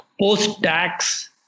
post-tax